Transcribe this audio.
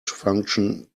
function